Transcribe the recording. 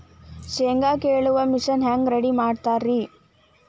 ಶೇಂಗಾ ಕೇಳುವ ಮಿಷನ್ ಹೆಂಗ್ ರೆಡಿ ಮಾಡತಾರ ರಿ?